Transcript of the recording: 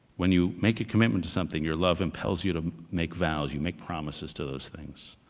when you make a commitment to something, your love impels you to make vows, you make promises to those things,